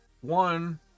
one